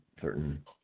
certain